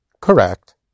correct